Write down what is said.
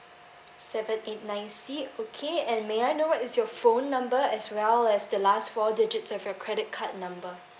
seven eight nine C okay and may I know what is your phone number as well as the last four digits of your credit card number